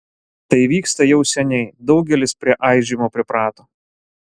tai vyksta jau seniai daugelis prie aižymo priprato